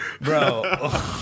Bro